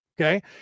okay